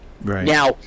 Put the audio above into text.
Now